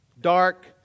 dark